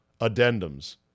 addendums